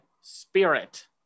spirit